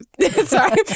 sorry